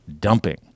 dumping